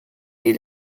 die